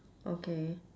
okay